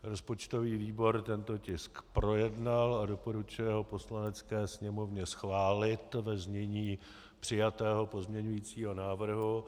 Rozpočtový výbor tento tisk projednal a doporučuje ho Poslanecké sněmovně schválit ve znění přijatého pozměňovacího návrhu.